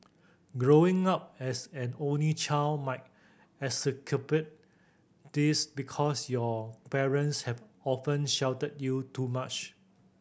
growing up as an only child might exacerbate this because your parents have often sheltered you too much